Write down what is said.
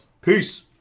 Peace